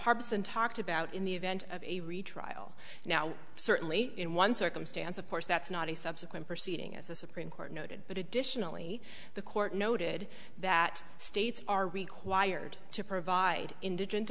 n talked about in the event of a retrial now certainly in one circumstance of course that's not a subsequent proceeding as the supreme court noted but additionally the court noted that states are required to provide indigent